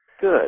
Good